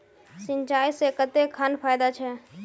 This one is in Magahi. सिंचाई से कते खान फायदा छै?